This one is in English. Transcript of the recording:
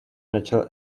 natural